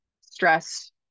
stress